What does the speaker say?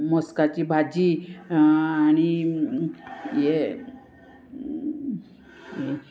मोस्काची भाजी आनी हे